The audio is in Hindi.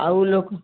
आ ऊ लोग